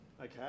Okay